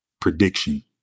prediction